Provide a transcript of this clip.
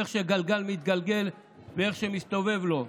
איך שגלגל מתגלגל ואיך שמסתובב לו.